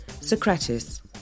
Socrates